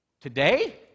Today